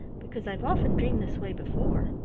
because i've often dreamed this way before.